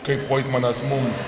kaip voitmanas mum